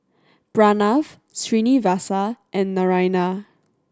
Pranav Srinivasa and Naraina